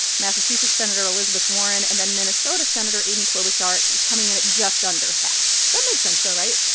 massachusetts senator elizabeth warren and then minnesota senator amy klobuchar coming in at just under half that makes sense, though, right?